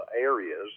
areas